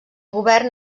govern